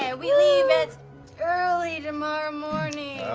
ah we leave early tomorrow morning.